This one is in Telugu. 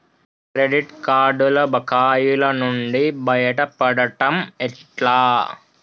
క్రెడిట్ కార్డుల బకాయిల నుండి బయటపడటం ఎట్లా?